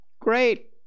Great